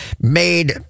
made